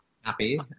happy